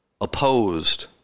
opposed